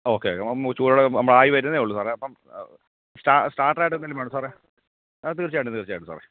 okay okay നമ്മൾ ചൂടുള്ളത് നമ്മുടെ ആയി വരുന്നതേ ഉള്ളു സാറേ അപ്പം സ്റ്റാർട്ടറായിട്ട് എന്തേലും വേണോ സാറേ ആ തീർച്ചയായിട്ടും തീർച്ചയായിട്ടും സാറേ